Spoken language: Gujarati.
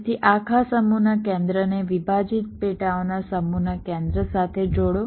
પછી આખા સમૂહના કેન્દ્રને વિભાજિત પેટાઓના સમૂહના કેન્દ્ર સાથે જોડો